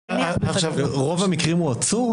ברוב המקרים הוא עצור?